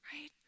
right